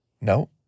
No